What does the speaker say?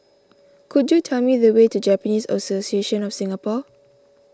could you tell me the way to Japanese Association of Singapore